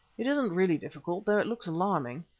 it isn't really difficult, though it looks alarming.